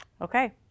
Okay